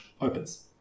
opens